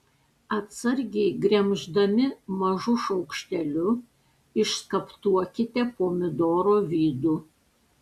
atsargiai gremždami mažu šaukšteliu išskaptuokite pomidoro vidų